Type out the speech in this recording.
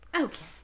Okay